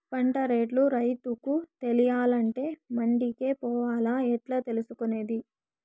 పంట రేట్లు రైతుకు తెలియాలంటే మండి కే పోవాలా? ఎట్లా తెలుసుకొనేది?